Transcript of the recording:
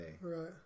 Right